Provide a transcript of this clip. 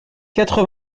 quatre